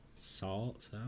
Salt